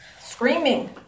screaming